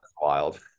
wild